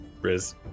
Riz